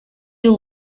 you